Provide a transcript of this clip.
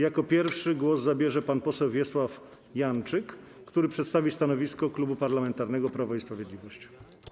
Jako pierwszy głos zabierze pan poseł Wiesław Janczyk, który przedstawi stanowisko Klubu Parlamentarnego Prawo i Sprawiedliwość.